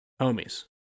Homies